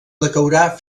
decaurà